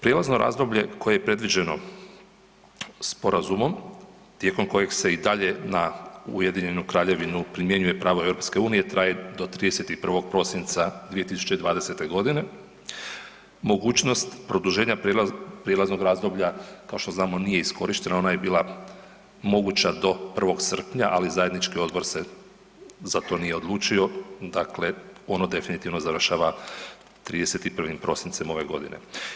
Prijelazno razdoblje koje je predviđeno sporazumom tijekom kojeg se i dalje na Ujedinjenu Kraljevinu primjenjuje pravo EU traje do 31. prosinca 2020.g. Mogućnost produženja prijelaznog razdoblja kao što znamo nije iskorištena, ona je bila moguća do 1. srpnja, ali zajednički odbor se za to nije odlučio, dakle ono definitivno završava 31. prosincem ove godine.